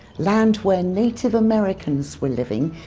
land where native americans were living,